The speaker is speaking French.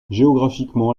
géographiquement